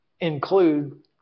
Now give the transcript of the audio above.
include